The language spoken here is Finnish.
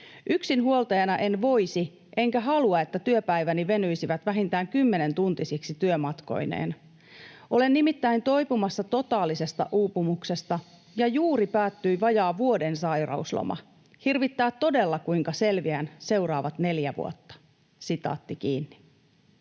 Yksinhuoltajana en voisi, enkä halua että työpäiväni venyisi vähintään kymmentuntisiksi työmatkoineen. Olen nimittäin toipumassa totaalisesta uupumuksesta, ja juuri päättyi vajaan vuoden sairausloma. Hirvittää todella, kuinka selvitään seuraavat neljä vuotta.” ”Ruoka on